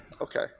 okay